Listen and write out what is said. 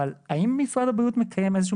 אבל האם משרד הבריאות מקיים איזה שהוא